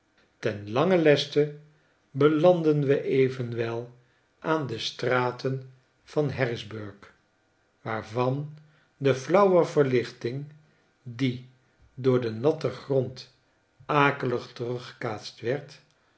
ten langen leste belandden we evenwel aan de straten van harrisburgh waarvan de flauwe verlichting die door den natten grond akelig teruggekaatst werd